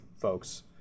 folks